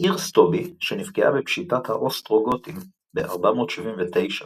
העיר סטובי, שנפגעה בפשיטת האוסטרוגותים ב-479